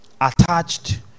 attached